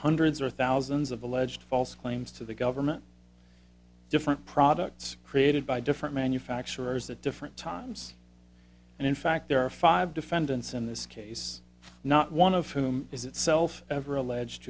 hundreds or thousands of alleged false claims to the government different products created by different manufacturers at different times and in fact there are five defendants in this case not one of whom is itself ever alleged